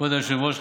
כבוד היושב-ראש,